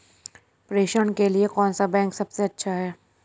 प्रेषण के लिए कौन सा बैंक सबसे अच्छा है?